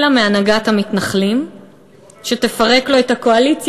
אלא מהנהגת המתנחלים שתפרק לו את הקואליציה